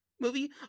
movie